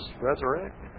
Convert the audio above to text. resurrect